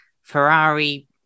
Ferrari